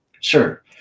sure